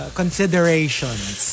considerations